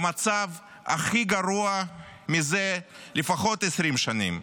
במצב הכי גרוע זה לפחות 20 שנים.